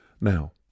Now